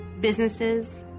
Businesses